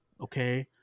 Okay